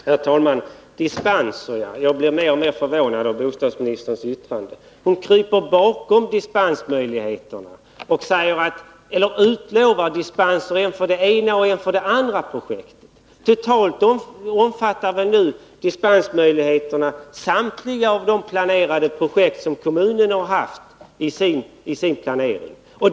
Herr talman! När det gäller dispenserna blir jag mer och mer förvånad över — planärende röranbostadsministerns yttrande. Hon utlovar dispenser för det ena och det andra de Malmö komprojektet. Totalt omfattar väl nu dispensmöjligheterna samtliga de projekt som kommunen har haft i sin planering.